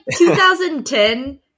2010